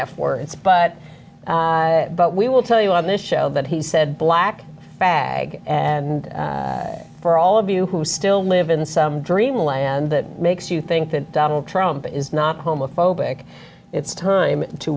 f words but but we will tell you on this show that he said black bag and for all of you who still live in some dream land that makes you think that donald trump is not homophobic it's time to